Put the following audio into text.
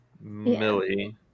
Millie